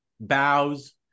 bows